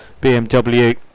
BMW